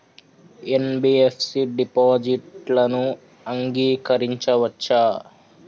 NBFC డిపాజిట్లను అంగీకరించవచ్చా?